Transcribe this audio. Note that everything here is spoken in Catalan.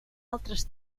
altres